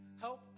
Help